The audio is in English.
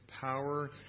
power